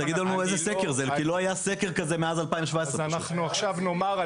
תגידו לנו איזה סקר זה כי לא היה סקר כזה מאז 2017. אנחנו עכשיו נאמר,